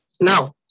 Now